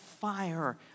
fire